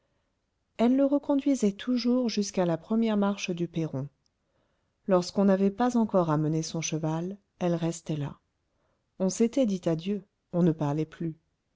elle le reconduisait toujours jusqu'à la première marche du perron lorsqu'on n'avait pas encore amené son cheval elle restait là on s'était dit adieu on ne parlait plus